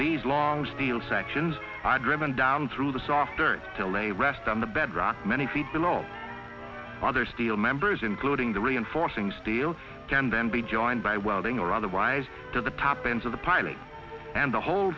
these long steel sections are driven down through the softer tell a rest on the bedrock many feet below other steel members including the reinforcing steel can then be joined by welding or otherwise to the top into the piling and the whole